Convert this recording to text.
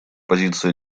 позиция